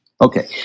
Okay